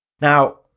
Now